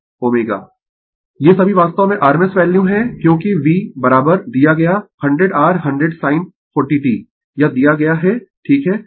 Ω ये सभी वास्तव में rms वैल्यू है क्योंकि V दिया गया 100 R100 sin 40 t यह दिया गया है ठीक है